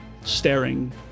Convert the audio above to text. staring